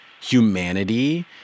humanity